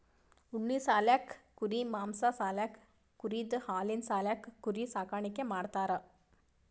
ಉಣ್ಣಿ ಸಾಲ್ಯಾಕ್ ಕುರಿ ಮಾಂಸಾ ಸಾಲ್ಯಾಕ್ ಕುರಿದ್ ಹಾಲಿನ್ ಸಾಲ್ಯಾಕ್ ಕುರಿ ಸಾಕಾಣಿಕೆ ಮಾಡ್ತಾರಾ